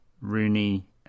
Rooney